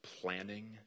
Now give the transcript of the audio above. planning